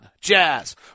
Jazz